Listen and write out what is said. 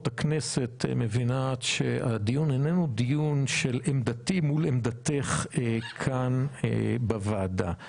הכנסת את מבינה שהדיון איננו דיון של עמדתי מול עמדתך כאן בוועדה.